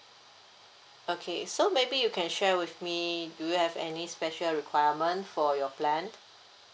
okay so maybe you can share with me do you have any special requirement for your plan